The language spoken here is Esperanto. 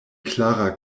klara